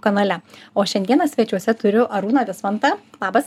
kanale o šiandieną svečiuose turiu arūną vismantą labas